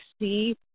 see